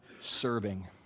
serving